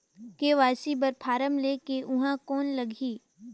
KYC बर form ले के ऊहां कौन लगही?